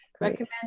Recommend